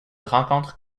rencontre